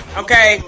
okay